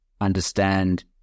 understand